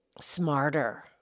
smarter